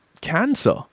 cancer